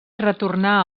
retornà